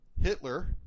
Hitler